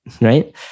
right